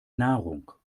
nahrung